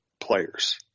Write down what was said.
players